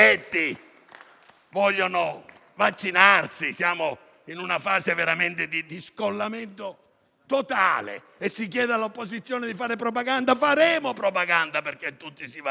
vogliono vaccinarsi. Siamo in una fase veramente di scollamento totale e poi si chiede all'opposizione di fare propaganda. Faremo propaganda perché tutti si vaccinino,